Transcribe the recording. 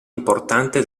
importante